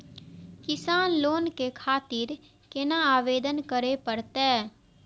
किसान लोन के खातिर केना आवेदन करें परतें?